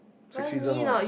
sexism ah